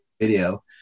video